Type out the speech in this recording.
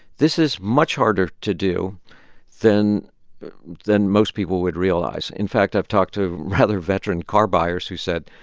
this is much harder to do than than most people would realize. in fact, i've talked to rather veteran car buyers who said,